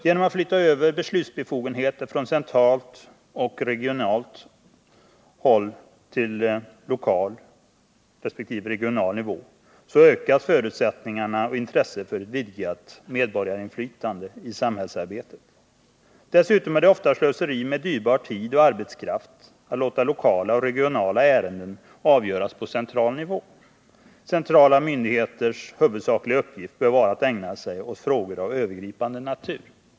Genom att flytta över beslutsbefogenheter från central och regional nivå till regional resp. lokal nivå ökas förutsättningarna och intresset för ett vidgat medborgarinflytande i samhällsarbetet. Dessutom är det ofta slöseri med dyrbar tid och arbetskraft att låta lokala och regionala ärenden avgöras på central nivå. Centrala myndigheters huvudsakliga uppgift bör vara att ägna sig åt frågor av övergripande natur.